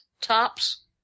tops